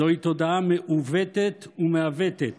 זוהי תודעה מעוותת ומעוותת